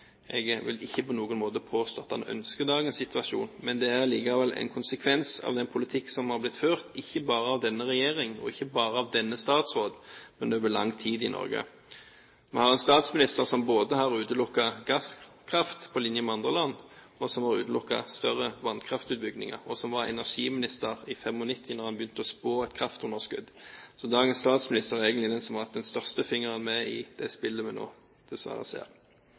Jeg vil ikke på noen måte påstå at han ønsker dagens situasjon, men det er likevel en konsekvens av den politikken som har blitt ført – ikke bare av denne regjeringen og ikke bare av denne statsråden – over lang tid i Norge. Vi har en statsminister som både har utelukket gasskraft på linje med andre land, som også har utelukket større vannkraftutbygginger og som var energiminister i 1995 da man begynte å spå et kraftunderskudd. Så dagens statsminister er egentlig den som i størst grad har hatt en finger med i det spillet vi dessverre nå ser.